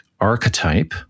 archetype